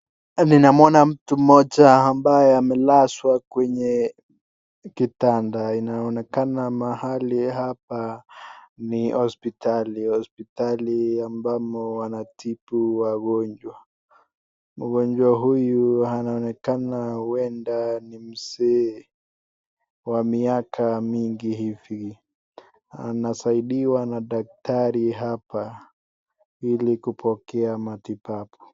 Hapa ninamuona mtu mmoja ambaye amelazwa kwenye kitanda, inaonekana mahali hapa ni hospitali, hospitali ambamo wanatibu wagonjwa , mgonjwa huyu anaonekana huenda ni mzee wa miaka mingi hivi ,anasaidiwa na daktari hapa ili kupokea matibabu.